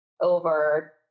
over